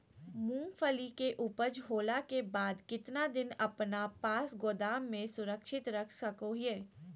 मूंगफली के ऊपज होला के बाद कितना दिन अपना पास गोदाम में सुरक्षित रख सको हीयय?